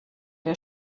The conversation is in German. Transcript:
der